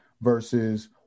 versus